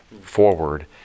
forward